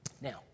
Now